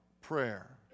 prayer